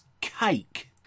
cake